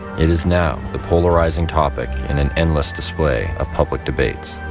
it is now the polarizing topic in an endless display of public debates.